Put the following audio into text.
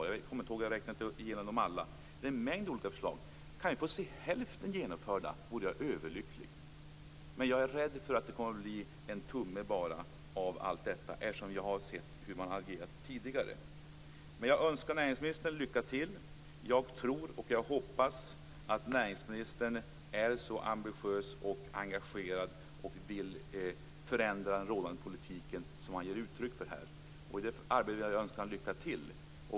Jag kommer inte ihåg hur många det var, men det är en mängd olika förslag. Om vi kan få se hälften genomförda skulle jag bli överlycklig. Men jag är rädd för att det bara kommer att bli en tumme av allt detta, eftersom vi tidigare har sett hur regeringen har agerat. Jag önskar emellertid näringsministern lycka till. Jag tror och hoppas att näringsministern är så ambitiös och engagerad och vill förändra den rådande politiken som han ger uttryck för här. I det arbetet önskar jag honom lycka till.